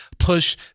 push